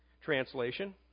translation